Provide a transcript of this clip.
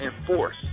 enforce